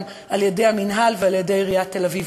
על-ידי המינהל ועל-ידי עיריית תל-אביב.